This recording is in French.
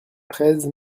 treize